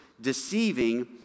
deceiving